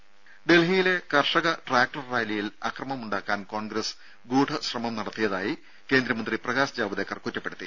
ദ്ദേ ഡൽഹിയിലെ കർഷക ട്രാക്ടർ റാലിയിൽ അക്രമമു ണ്ടാക്കാൻ കോൺഗ്രസ് ഗൂഢശ്രമം നടത്തിയതായി കേന്ദ്രമന്ത്രി പ്രകാശ് ജാവ്ദേക്കർ കുറ്റപ്പെടുത്തി